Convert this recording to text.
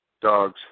Dogs